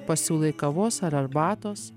pasiūlai kavos ar arbatos